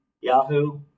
Yahoo